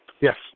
yes